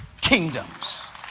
kingdoms